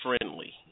friendly